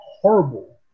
horrible